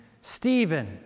Stephen